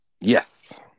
Yes